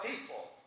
people